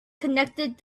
connected